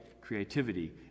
creativity